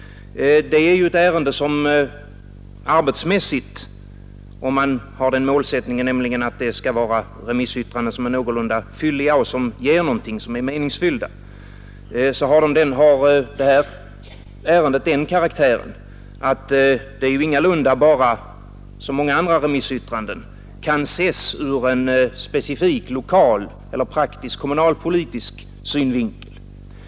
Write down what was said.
Det är ett ärende som arbetsmässigt — om man har den målsättningen att det skall vara remissyttranden som är någorlunda fylliga och som ger någonting, som är meningsfyllda — har den karaktären att det ingalunda bara som många andra remissyttranden kan ses ur en specifikt lokal eller praktisk kommunalpolitisk synvinkel.